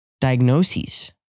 diagnoses